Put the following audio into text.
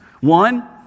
one